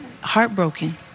heartbroken